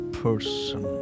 person